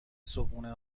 صبحونه